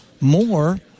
more